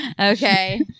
Okay